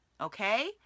okay